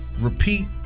Repeat